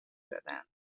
دادهاند